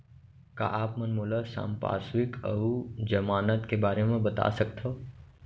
का आप मन मोला संपार्श्र्विक अऊ जमानत के बारे म बता सकथव?